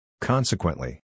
Consequently